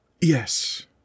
Yes